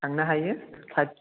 थांनो हायो खाथि